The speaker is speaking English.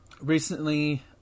recently